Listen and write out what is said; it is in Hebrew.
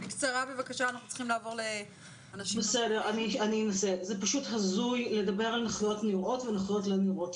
זה פשוט הזוי לדבר על נכויות נראות ונכויות לא נראות.